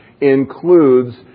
includes